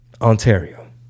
Ontario